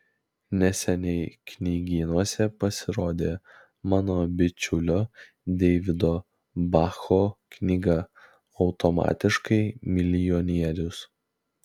neseniai knygynuose pasirodė mano bičiulio deivido bacho knyga automatiškai milijonierius